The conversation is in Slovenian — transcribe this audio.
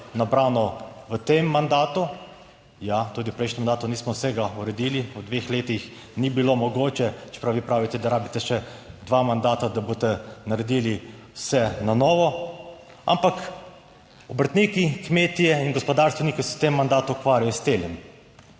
nabrano v tem mandatu - ja, tudi v prejšnjem mandatu nismo vsega uredili, v dveh letih ni bilo mogoče, čeprav vi pravite, da rabite še dva mandata, da boste naredili vse na novo -, ampak obrtniki, kmetje in gospodarstveniki se v tem mandatu ukvarjajo s tem,